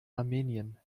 armenien